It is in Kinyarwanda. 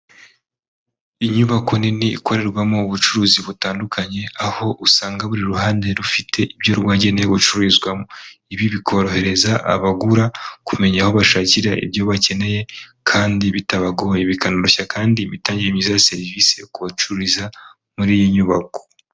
Inyubako nini ikorerwamo ubucuruzi butandukanye, aho usanga buri ruhande rufite ibyo rwagenewe gucuruzwamo. Ibi bikorohereza abagura kumenya aho bashakira ibyo bakeneye kandi bitabagoye. Bikanoroshya kandi imitangire myiza ya serivise kubacururiza muri iyi nyubako.